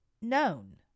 known